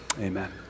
amen